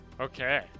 Okay